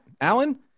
Alan